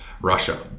Russia